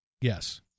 Yes